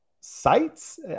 sites